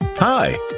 Hi